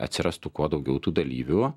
atsirastų kuo daugiau tų dalyvių